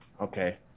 okay